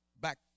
back